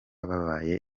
babaye